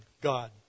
God